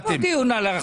אין דיון בוועדה הזאת.